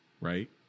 right